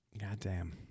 Goddamn